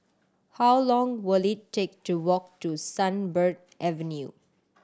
how long will it take to walk to Sunbird Avenue